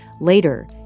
Later